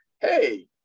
hey